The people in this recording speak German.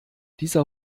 dieser